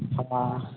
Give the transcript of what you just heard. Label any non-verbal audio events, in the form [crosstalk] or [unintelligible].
[unintelligible]